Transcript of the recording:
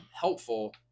helpful